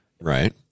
Right